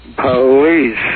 Police